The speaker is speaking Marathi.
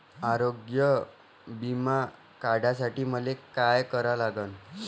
आरोग्य बिमा काढासाठी मले काय करा लागन?